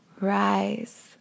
rise